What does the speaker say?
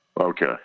Okay